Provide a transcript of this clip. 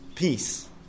peace